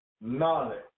knowledge